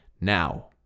Now